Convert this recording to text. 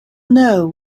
know